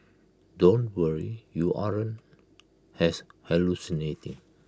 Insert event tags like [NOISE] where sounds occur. don't worry you aren't [UNINTELLIGIBLE] hallucinating